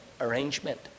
arrangement